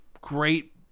great